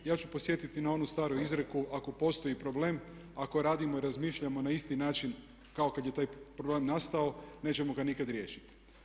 Ja ću podsjetiti na onu staru izreku ako postoji problem, ako radimo i razmišljamo na isti način kao kad je taj problem nastao nećemo ga nikad riješiti.